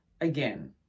Again